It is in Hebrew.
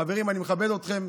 חברים, אני מכבד אתכם,